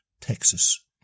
Texas